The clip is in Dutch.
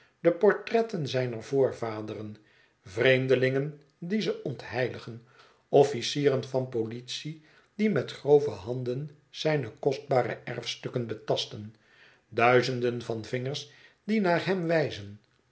de portretten zijner voorvaderen vreemdelingen die ze ontheiligen officieren van politie die met grove handen zijne kostbaarste erfstukken betasten duizenden van vingers die naar hem wijzen